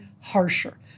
harsher